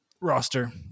roster